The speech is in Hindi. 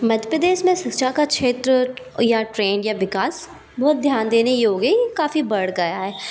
मध्य प्रदेश में शिक्षा का क्षेत्र या ट्रेन या विकास बहुत ध्यान देने योग्य है यह काफ़ी बढ़ गया है